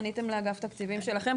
פניתם לאגף התקציבים שלכם?